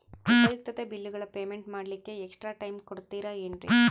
ಉಪಯುಕ್ತತೆ ಬಿಲ್ಲುಗಳ ಪೇಮೆಂಟ್ ಮಾಡ್ಲಿಕ್ಕೆ ಎಕ್ಸ್ಟ್ರಾ ಟೈಮ್ ಕೊಡ್ತೇರಾ ಏನ್ರಿ?